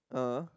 (uh huh)